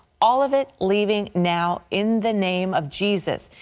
all of it leaving now in the name of jesus.